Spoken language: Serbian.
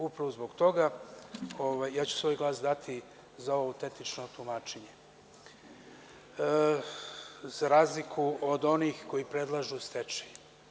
Upravo zbog toga, ja ću svoj glas dati za ovo autentično tumačenje, za razliku od onih koji predlažu stečaj.